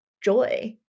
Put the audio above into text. joy